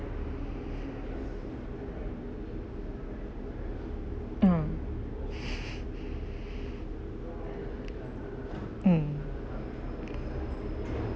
ah mm